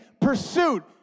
pursuit